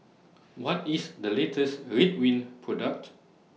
What IS The latest Ridwind Product